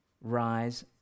rise